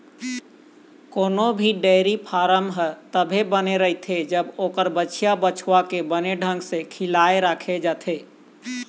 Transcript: कोनो भी dairy farm ह तभे बने रहिथे जब ओखर बछिया, बछवा के बने ढंग ले खियाल राखे जाथे